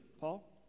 paul